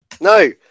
No